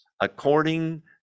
According